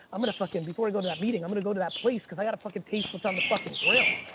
i'm gonna fucking before i go to that meeting, i'm gonna go to that place cause i gotta fucking taste what's on the fucking grill.